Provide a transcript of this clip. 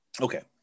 Okay